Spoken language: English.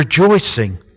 rejoicing